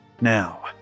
Now